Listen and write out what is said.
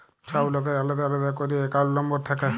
ছব লকের আলেদা আলেদা ক্যইরে একাউল্ট লম্বর থ্যাকে